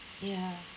ya